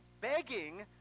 begging